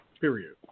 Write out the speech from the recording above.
Period